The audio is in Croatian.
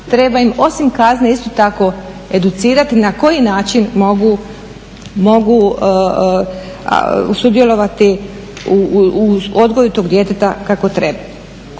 treba im osim kazne isto tako educirati na koji način mogu sudjelovati u odgoju tog djeteta kako treba.